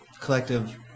collective